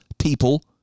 people